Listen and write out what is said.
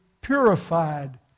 purified